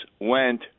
went